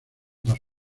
dos